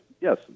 Yes